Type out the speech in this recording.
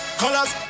colors